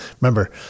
remember